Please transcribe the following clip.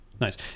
Nice